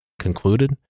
concluded